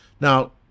Now